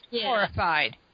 horrified